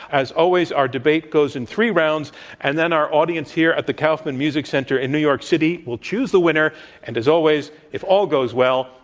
as always, our debate goes in three rounds and then our audience here at the kaufman music center in new york city will choose the winner and, as always, if all goes well,